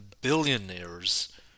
billionaires